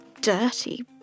dirty